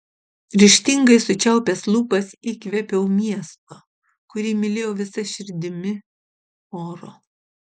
ryžtingai sučiaupęs lūpas įkvėpiau miesto kurį mylėjau visa širdimi oro